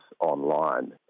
online